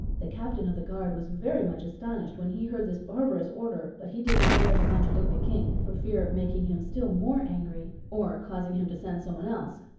the captain of the guard was very much astonished when he heard this barbarous order, but he did not dare to contradict the king for fear of making him still more angry, or causing him to send someone else,